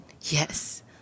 yes